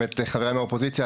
חבריי מהאופוזיציה,